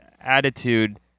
attitude